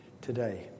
today